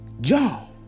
John